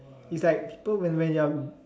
is like people when when you are